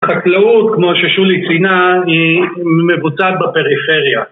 חקלאות כמו ששולי ציינה היא מבוצעת בפריפריה